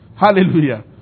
Hallelujah